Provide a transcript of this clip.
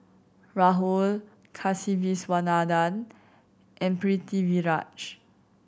Rahul Kasiviswanathan and Pritiviraj